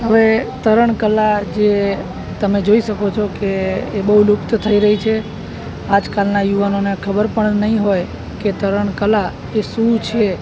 હવે તરણકલા જે તમે જોઈ શકો છો કે એ બહુ લુપ્ત થઈ રહી છે આજકાલના યુવાનોને ખબર પણ નઈ હોય કે તરણકલા એ શું છે